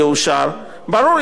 ברור, ישלמו יותר כסף.